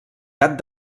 gat